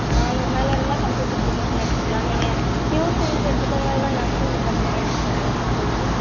நானூறு மேலே இருந்தால் கம்ப்யூட்ரு அப்ளிகேஷன் எடுத்துக்கலாம் நீங்கள் ப்யூர் சையின்ஸ் எடுத்துக்கோங்க இல்லைன்னா நர்சிங் டிபார்ட்மென்ட் எடுத்துக்கோங்களேன் குரூப்பு